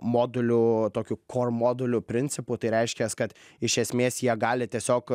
modulių tokių komodulių principu tai reiškias kad iš esmės jie gali tiesiog